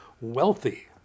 wealthy